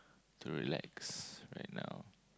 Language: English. to relax right now